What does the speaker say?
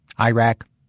Iraq